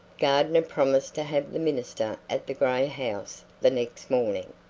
gardner promised to have the minister at the gray house the next morning.